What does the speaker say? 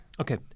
Okay